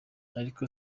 ariko